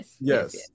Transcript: Yes